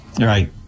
Right